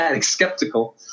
skeptical